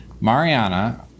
Mariana